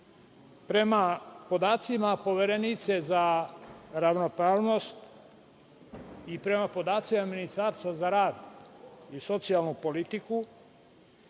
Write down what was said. podacima Poverenice za ravnopravnost i prema podacima Ministarstva za rad i socijalnu politiku,